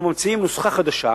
אנחנו ממציאים נוסחה חדשה,